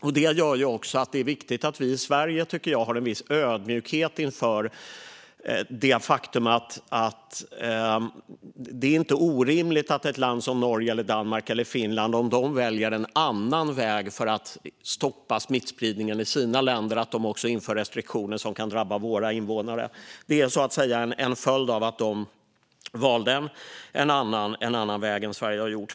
Jag tycker att detta gör att det är viktigt att vi i Sverige har en viss ödmjukhet inför det faktum att det inte är orimligt att ett land som Norge, Danmark eller Finland inför restriktioner som kan drabba våra invånare om de väljer en annan väg för att stoppa smittspridningen i sitt land. Det är en följd av att de valt en annan väg än vad Sverige har gjort.